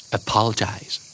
apologize